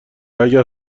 اگر